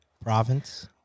province